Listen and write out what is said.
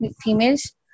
females